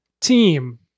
team